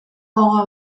gogoa